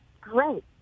Great